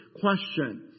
question